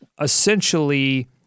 essentially